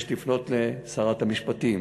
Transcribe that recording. יש לפנות לשרת המשפטים.